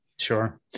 Sure